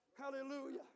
Hallelujah